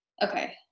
Okay